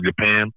Japan